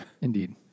Indeed